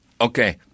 Okay